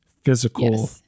physical